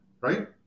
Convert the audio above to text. right